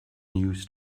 news